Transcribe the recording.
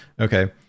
okay